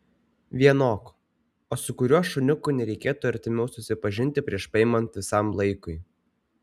vienok o su kuriuo šuniuku nereikėtų artimiau susipažinti prieš paimant visam laikui